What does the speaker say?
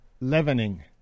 leavening